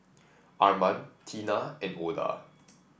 Arman Tina and Oda